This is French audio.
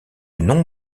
nom